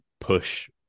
push